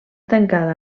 tancada